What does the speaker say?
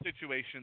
situation